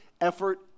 effort